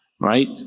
right